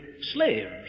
slaves